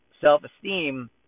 self-esteem